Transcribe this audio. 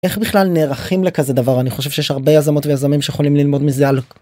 איך בכלל נערכים לכזה דבר? אני חושב שיש הרבה יזמות ויזמים שיכולים ללמוד מזה על